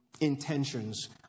intentions